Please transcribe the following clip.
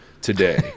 today